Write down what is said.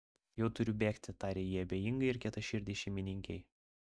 jau turiu bėgti tarė ji abejingai ir kietaširdei šeimininkei